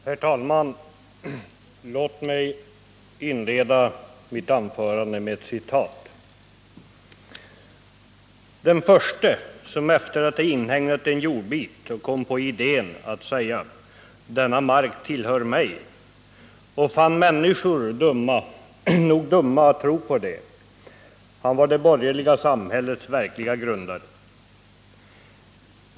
Herr talman! Låt mig inleda mitt anförande med ett citat. ”Den förste som efter att ha inhägnat en jordbit och fann på att säga: Det här tillhör mig, och fann människor nog dumma att tro på det, han var det borgerliga samhällets verklige grundare.